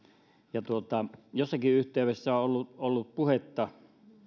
jossakin yhteydessä on ollut puhetta